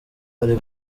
ari